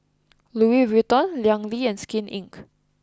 Louis Vuitton Liang Yi and Skin Inc